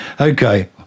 Okay